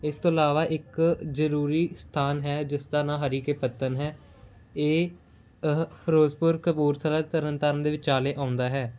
ਇਸ ਤੋਂ ਇਲਾਵਾ ਇੱਕ ਜ਼ਰੂਰੀ ਸਥਾਨ ਹੈ ਜਿਸ ਦਾ ਨਾਂ ਹਰੀ ਕੇ ਪੱਤਨ ਹੈ ਇਹ ਫਿਰੋਜ਼ਪੁਰ ਕਪੂਰਥਲਾ ਤਰਨ ਤਾਰਨ ਦੇ ਵਿਚਾਲੇ ਆਉਂਦਾ ਹੈ